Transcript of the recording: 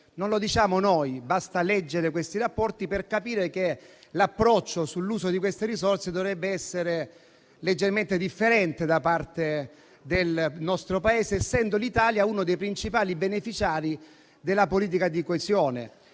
Non lo diciamo noi; basta leggere questi rapporti, per capire che l'approccio sull'uso di queste risorse dovrebbe essere leggermente differente da parte del nostro Paese, essendo l'Italia uno dei principali beneficiari della politica di coesione.